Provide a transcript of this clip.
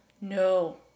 No